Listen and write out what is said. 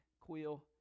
quill